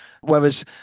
Whereas